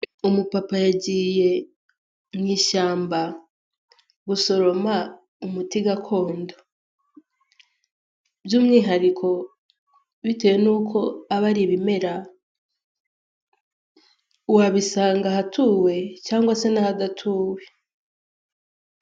Umupapa yagiye mu ishyamba gusoroma umuti gakondo, by'umwihariko bitewe n'uko aba ari ibimera wabisanga ahatuwe cyangwa se n'ahadatuwe.